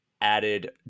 added